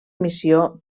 missió